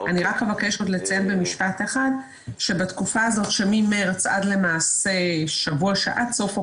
אני מבקשת לציין שבתקופה הזאת שמחודש מארס עד סוף אוקטובר,